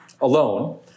alone